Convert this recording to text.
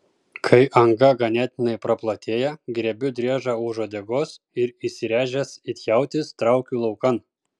kai anga ganėtinai praplatėja griebiu driežą už uodegos ir įsiręžęs it jautis traukiu laukan